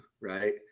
right